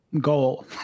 goal